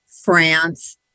france